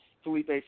Felipe